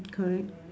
correct